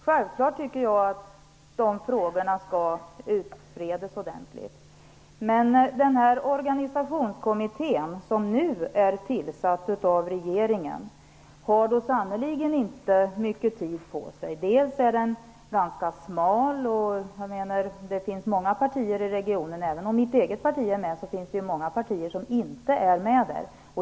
Självfallet tycker jag att dessa frågor skall utredas ordentligt, men den organisationskommitté som nu är tillsatt av regeringen har sannerligen inte mycket tid på sig. Den är dessutom ganska smal. Mitt eget parti är representerat, men det finns många partier som inte är det.